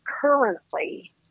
currently